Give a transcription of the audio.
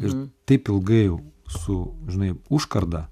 ir taip ilgai jau su žinai užkarda